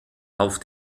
auf